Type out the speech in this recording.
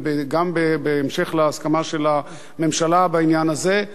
גם בהמשך להסכמה של הממשלה בעניין הזה,